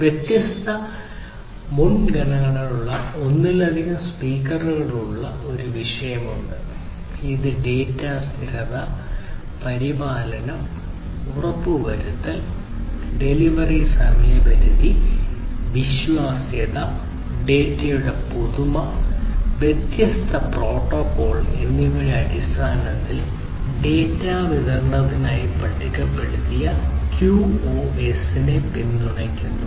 വ്യത്യസ്ത മുൻഗണനകളുള്ള ഒന്നിലധികം സ്പീക്കറുകളുള്ള ഒരു വിഷയമുണ്ട് ഇത് ഡാറ്റ സ്ഥിരത പരിപാലനം ഉറപ്പുവരുത്തൽ ഡെലിവറി സമയപരിധി വിശ്വാസ്യത ഡാറ്റയുടെ പുതുമ വ്യത്യസ്ത പ്രോട്ടോക്കോൾ എന്നിവയുടെ അടിസ്ഥാനത്തിൽ ഡാറ്റ വിതരണത്തിനായി പട്ടികപ്പെടുത്തിയ QoS നെ പിന്തുണയ്ക്കുന്നു